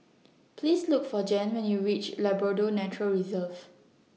Please Look For Jann when YOU REACH Labrador Nature Reserve